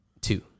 Two